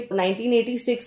1986